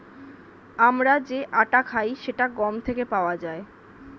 আমরা যে আটা খাই সেটা গম থেকে পাওয়া যায়